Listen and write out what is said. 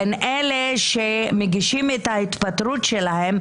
בין אלה שמגישים את ההתפטרות שלהם,